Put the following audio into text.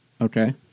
okay